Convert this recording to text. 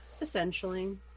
Essentially